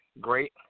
Great